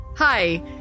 Hi